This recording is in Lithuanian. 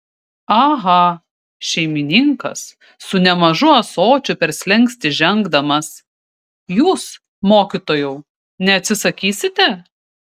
aha šeimininkas su nemažu ąsočiu per slenkstį žengdamas jūs mokytojau neatsisakysite